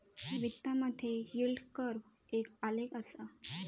वित्तामधे yield curve एक आलेख असा